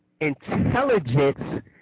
intelligence